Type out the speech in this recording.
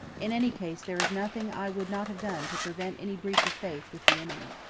in any case, there is nothing i would not have done to prevent any breach of faith with the enemy